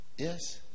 Yes